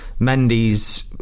Mendy's